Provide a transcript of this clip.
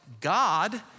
God